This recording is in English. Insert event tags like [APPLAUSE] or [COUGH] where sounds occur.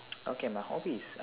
[NOISE] okay my hobby is